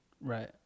right